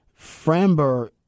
Framber